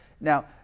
Now